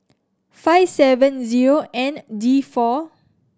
five seven zero N D four